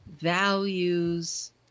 Values